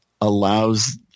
allows